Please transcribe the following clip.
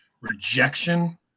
rejection